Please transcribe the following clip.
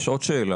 יש עוד שאלה